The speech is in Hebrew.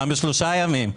פעם בשלושה ימים.